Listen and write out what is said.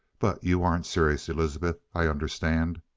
but you aren't serious, elizabeth i understand.